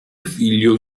figlio